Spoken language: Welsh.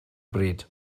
bryd